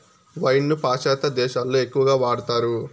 wine ను పాశ్చాత్య దేశాలలో ఎక్కువగా వాడతారు